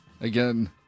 again